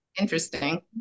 interesting